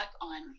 on